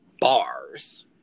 bars